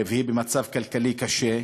והיא במצב כלכלי קשה,